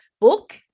book